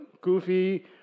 goofy